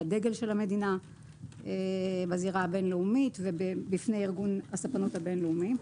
על הדגל של המדינה בזירה הבין-לאומית ובפני ארגון הספנות הבין-לאומי.